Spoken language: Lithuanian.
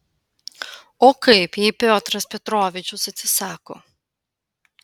o kaip jei piotras petrovičius atsisako